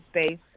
space